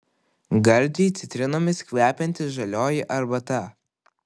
gardžiai citrinomis kvepianti žalioji arbata